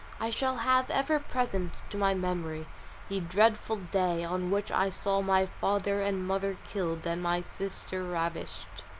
i shall have ever present to my memory the dreadful day, on which i saw my father and mother killed, and my sister ravished.